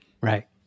Right